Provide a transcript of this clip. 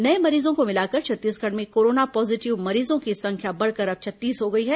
नए मरीजों को मिलाकर छत्तीसगढ़ में कोरोना पॉजीटिव मरीजों की संख्या बढ़कर अब छत्तीस हो गई है